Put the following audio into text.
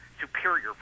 superior